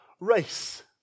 race